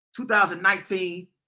2019